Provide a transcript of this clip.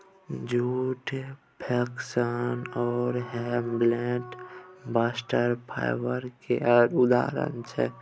जुट, flax आ hemp bast fibre केर उदाहरण छै